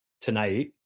tonight